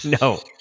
No